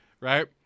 Right